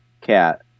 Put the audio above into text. cat